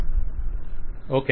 vendor okay